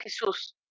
Jesus